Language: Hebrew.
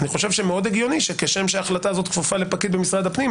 אני חושב שמאוד הגיוני שכשם שההחלטה הזו כפופה לפקיד במשרד הפנים,